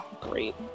Great